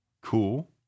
cool